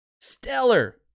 stellar